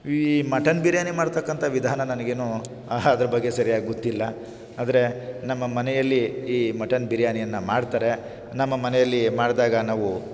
ಈ ಮಟನ್ ಬಿರಿಯಾನಿ ಮಾಡ್ತಕ್ಕಂಥ ವಿಧಾನ ನನಗೇನು ಅದ್ರ್ ಬಗ್ಗೆ ಸರಿಯಾಗ್ ಗೊತ್ತಿಲ್ಲ ಆದರೆ ನಮ್ಮ ಮನೆಯಲ್ಲಿ ಈ ಮಟನ್ ಬಿರಿಯಾನಿಯನ್ನು ಮಾಡ್ತಾರೆ ನಮ್ಮ ಮನೆಯಲ್ಲಿ ಮಾಡಿದಾಗ ನಾವು